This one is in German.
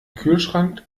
kühlschrank